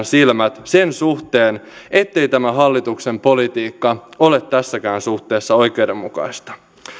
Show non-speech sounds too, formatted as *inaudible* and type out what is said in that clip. *unintelligible* silmät sen suhteen ettei tämä hallituksen politiikka ole tässäkään suhteessa oikeudenmukaista